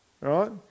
right